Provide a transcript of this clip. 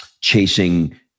chasing